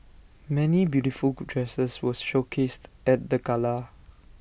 many beautiful dresses were showcased at the gala